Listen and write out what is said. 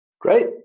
Great